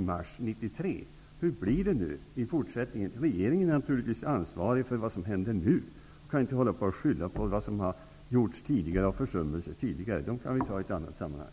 mars 1993. Hur blir det i fortsättningen? Regeringen är naturligtvis ansvarig för vad som händer nu och kan inte skylla på tidigare försummelser. Dessa kan vi ta upp i ett annat sammanhang.